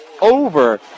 over